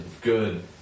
good